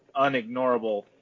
unignorable